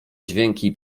dźwięki